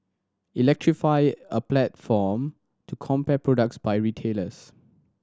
electrify a platform to compare products by retailers